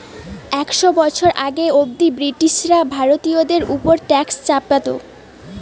একশ বছর আগে অব্দি ব্রিটিশরা ভারতীয়দের উপর ট্যাক্স চাপতো